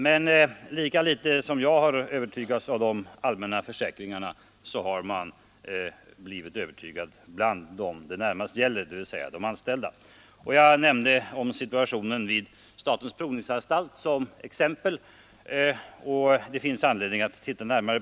Men lika litet som dessa allmänna försäkringar har övertygat mig, har de övertygat dem det närmast gäller, dvs. de anställda. Jag nämnde situationen vid statens provningsanstalt som exempel i min fråga.